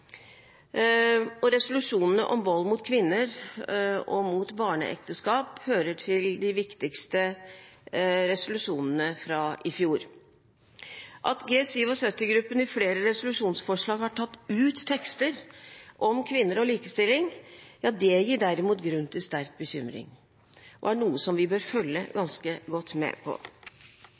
Resolusjonene mot vold mot kvinner og mot barneekteskap hører til de viktigste resolusjonene fra i fjor. At G77-gruppen i flere resolusjonsforslag har tatt ut tekster om kvinner og likestilling, gir derimot grunn til sterk bekymring og er noe vi bør følge ganske godt med på.